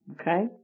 Okay